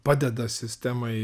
padeda sistemai